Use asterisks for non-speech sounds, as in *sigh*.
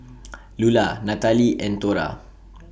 *noise* Lulla Natalee and Thora *noise*